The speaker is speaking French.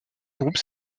groupe